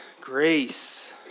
Grace